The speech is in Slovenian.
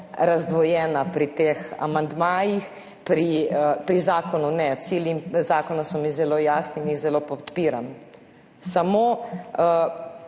razdvojena pri teh amandmajih, pri zakonu ne, cilji zakona so mi zelo jasni in jih zelo podpiram. Samo